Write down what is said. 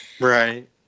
right